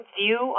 view